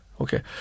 okay